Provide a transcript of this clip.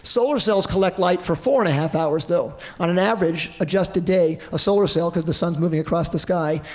solar cells collect light for four and a half hours though. on an average adjusted day, a solar cell because the sun's moving across the sky,